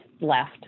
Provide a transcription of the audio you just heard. left